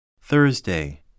Thursday